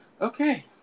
Okay